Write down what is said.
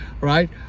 right